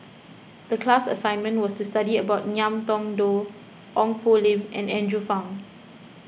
the class assignment was to study about Ngiam Tong Dow Ong Poh Lim and Andrew Phang